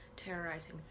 terrorizing